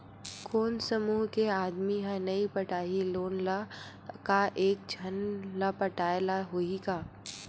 कोन समूह के आदमी हा नई पटाही लोन ला का एक झन ला पटाय ला होही का?